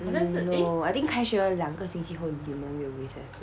um no I think 开学的两个星期后你们有 recess week